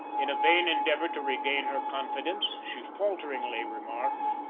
in a vain endeavour to regain her confidence, she falteringly remarked.